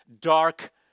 dark